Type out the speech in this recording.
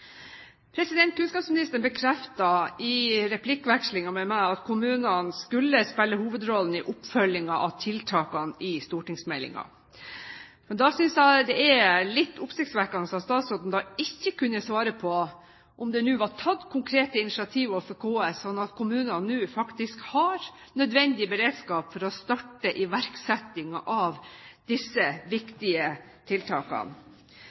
Kunnskapsministeren bekreftet i replikkvekslingen med meg at kommunene skulle spille hovedrollen i oppfølgingen av tiltakene i stortingsmeldingen. Men da synes jeg det er litt oppsiktsvekkende at statsråden ikke kunne svare på om det nå var tatt konkrete initiativ overfor KS, slik at kommunene nå faktisk har nødvendig beredskap for å starte iverksettingen av disse viktige tiltakene.